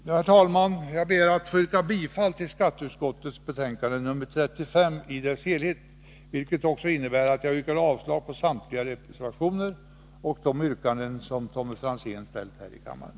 Herr talman! Jag yrkar bifall till hemställan i skatteutskottets betänkande nr 35 i dess helhet, vilket också innebär att jag yrkar avslag på samtliga reservationer samt det yrkande som Tommy Franzén ställde här i kammaren.